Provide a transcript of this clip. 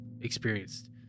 experienced